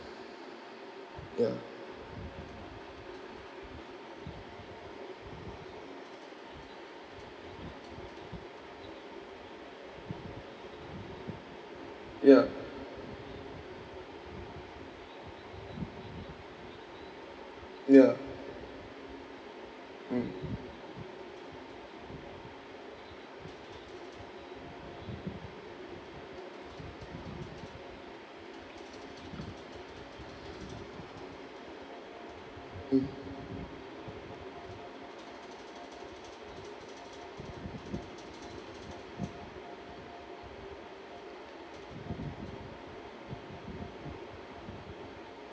yeah yeah yeah mm mm